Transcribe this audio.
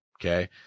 Okay